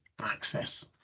access